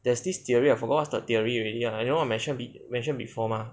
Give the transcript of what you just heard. there's this theory I forgot what's the theory already lah I know I mentioned be mentioned before mah